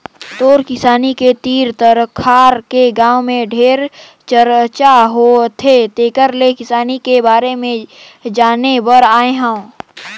तोर किसानी के तीर तखार के गांव में ढेरे चरचा होवथे तेकर ले किसानी के बारे में जाने बर आये हंव